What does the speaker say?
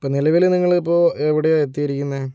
ഇപ്പോൾ നിലവില് നിങ്ങളിപ്പോൾ എവിടെയാ എത്തിയിരിക്കുന്നത്